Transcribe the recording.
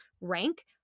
rank